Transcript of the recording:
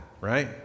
right